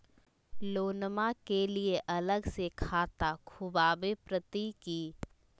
लोनमा के लिए अलग से खाता खुवाबे प्रतय की?